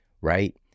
right